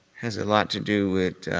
has a lot to do with